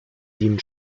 dienen